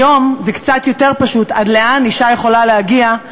היום זה קצת יותר פשוט, עד לאן אישה יכולה להגיע.